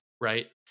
right